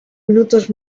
minutos